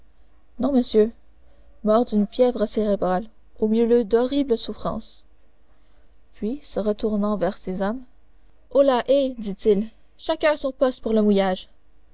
non monsieur mort d'une fièvre cérébrale au milieu d'horribles souffrances puis se retournant vers ses hommes holà hé dit-il chacun à son poste pour le